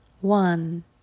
One